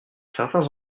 certains